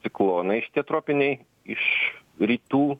ciklonai šitie tropiniai iš rytų